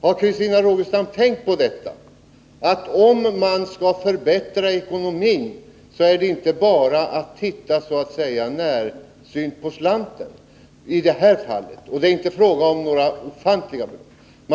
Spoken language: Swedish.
Har Christina Rogestam tänkt på att om man skall förbättra ekonomin får man inte bara närsynt se på slanten i det här läget — det är f. ö. inte fråga om några ofantliga belopp.